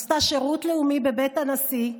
עשתה שירות לאומי בבית הנשיא,